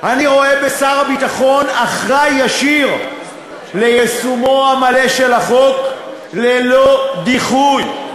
אני רואה בשר הביטחון אחראי ישיר ליישומו המלא של החוק ללא דיחוי.